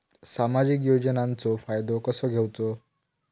सामाजिक योजनांचो फायदो कसो घेवचो?